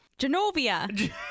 Genovia